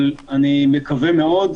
אבל אני מקווה מאוד,